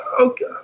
Okay